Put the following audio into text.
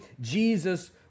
Jesus